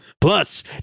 Plus